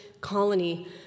colony